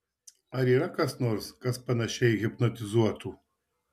ar yra kas nors kas panašiai hipnotizuotų